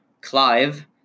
Clive